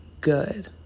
good